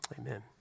Amen